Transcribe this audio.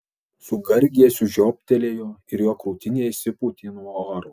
su gargėsiu žioptelėjo ir jo krūtinė išsipūtė nuo oro